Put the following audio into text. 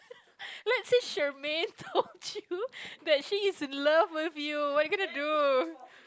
let's say Shermaine told you that she is in love with you what you gonna do